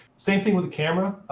same thing with the camera.